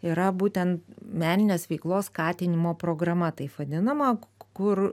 yra būten meninės veiklos skatinimo programa taip vadinama kur